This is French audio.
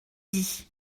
dit